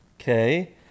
Okay